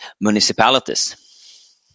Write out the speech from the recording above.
municipalities